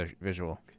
visual